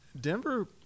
Denver